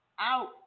out